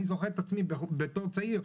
אני זוכר את עצמי בתור צעיר,